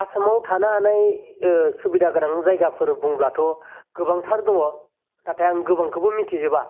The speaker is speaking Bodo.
आसामाव थानो हानाय सुबिदा गोनां जायगाफोर बुंब्लाथ' गोबांथार दङ नाथाइ आं गोबांखौबो मिथि जोबा